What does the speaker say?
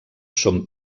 són